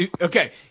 Okay